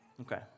Okay